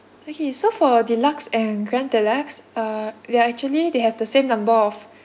okay so for deluxe and grand deluxe uh they actually they have the same number of